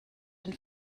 den